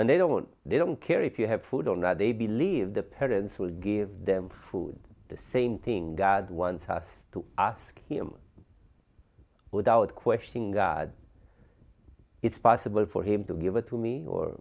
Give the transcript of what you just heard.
and they don't they don't care if you have food or not they believe the parents will give them food the same thing god wants us to ask him without questioning god it's possible for him to give it to me or